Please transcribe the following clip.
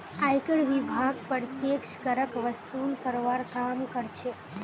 आयकर विभाग प्रत्यक्ष करक वसूल करवार काम कर्छे